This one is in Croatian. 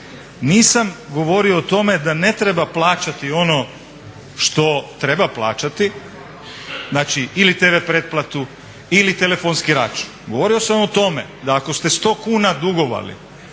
nisam govorio o tome da ne treba plaćati ono što treba plaćati, znači ili tv pretplatu ili telefonski račun. Govorio sam o tome da ako ste 100 kuna dugovali